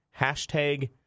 Hashtag